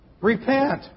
Repent